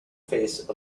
face